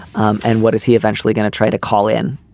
um and what is he eventually going to try to call in?